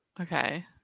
Okay